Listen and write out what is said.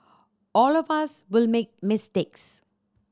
all of us will make mistakes